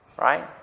Right